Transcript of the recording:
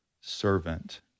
servant